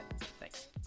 Thanks